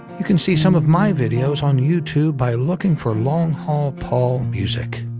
you can see some of my videos on youtube by looking for long haul paul music.